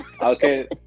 Okay